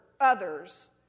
others